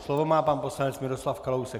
Slovo má pan poslanec Miroslav Kalousek.